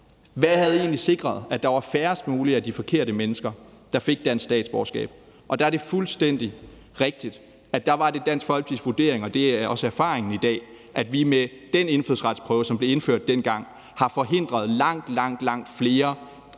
Hvad havde egentlig sikret, at der var færrest mulige af de forkerte mennesker, der fik dansk statsborgerskab? Og der er det fuldstændig rigtigt, at der var det Dansk Folkepartis vurdering – og det er også erfaringen i dag – at vi med den indfødsretsprøve, som blev indført dengang, forhindrede langt, langt flere forkerte